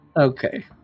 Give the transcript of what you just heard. Okay